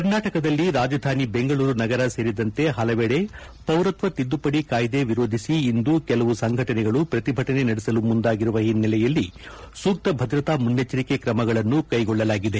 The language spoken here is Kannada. ಕರ್ನಾಟಕದಲ್ಲಿ ರಾಜಧಾನಿ ಬೆಂಗಳೂರು ನಗರ ಸೇರಿದಂತೆ ಹಲವೆದೆ ಪೌರತ್ವ ತಿದ್ದುಪದಿ ಕಾಯ್ದೆ ವಿರೋಧಿಸಿ ಇಂದು ಕೆಲವು ಸಂಘಟನೆಗಳು ಪ್ರತಿಭಟನೆ ನಡೆಸಲು ಮುಂದಾಗಿರುವ ಹಿನ್ನೆಲೆಯಲ್ಲಿ ಸೂಕ್ತ ಭದ್ರತಾ ಮುನ್ನೆಚ್ಚರಿಕೆ ಕ್ರಮಗಳನ್ನು ಕೈಗೊಳ್ಳಲಾಗಿದೆ